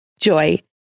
Joy